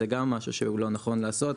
זה גם משהו שהוא לא נכון לעשות.